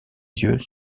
yeux